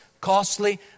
costly